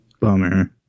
Bummer